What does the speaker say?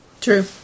true